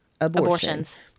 abortions